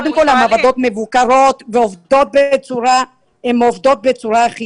קודם כל, המעבדות מבוקרות ועובדות בצורה אחידה.